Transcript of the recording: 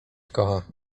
kocha